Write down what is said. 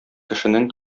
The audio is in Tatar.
кешенең